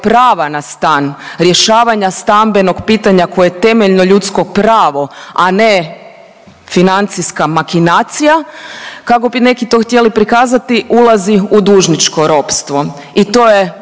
prava na stan, rješavanja stambenog pitanja koje je temeljno ljudsko pravo, a ne financijska makinacija, kako bi neki to htjeli prikazati ulazi u dužničko ropstvo i to je